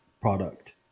product